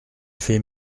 fait